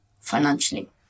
financially